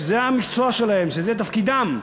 שזה המקצוע שלהם, שזה תפקידם,